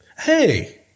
hey